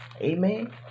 amen